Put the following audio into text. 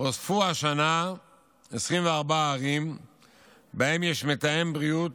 נוספו השנה 24 ערים שבהן יש מתאם בריאות,